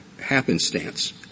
happenstance